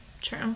true